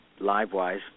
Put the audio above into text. live-wise